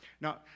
Now